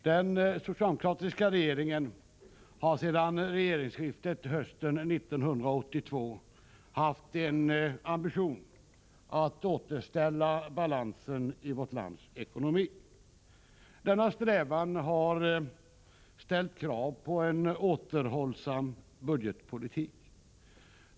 Herr talman! Den socialdemokratiska regeringen har sedan regeringsskiftet 1982 haft en ambition att återställa balansen i vårt lands ekonomi. Denna strävan har ställt krav på en återhållsam budgetpolitik.